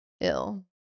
ill